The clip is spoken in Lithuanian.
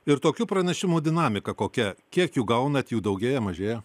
ir tokių pranešimų dinamika kokia kiek jų gaunat jų daugėja mažėja